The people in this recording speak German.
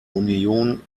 union